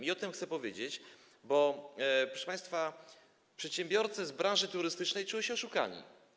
Chcę o tym powiedzieć, bo proszę państwa, przedsiębiorcy z branży turystycznej czują się oszukani.